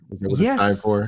Yes